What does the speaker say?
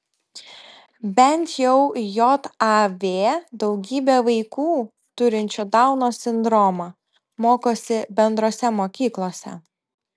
bent jau jav daugybė vaikų turinčių dauno sindromą mokosi bendrose mokyklose